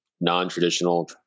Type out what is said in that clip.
non-traditional